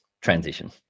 transition